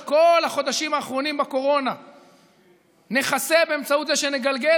כל החודשים האחרונים בקורונה נכסה באמצעות זה שנגלגל